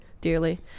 dearly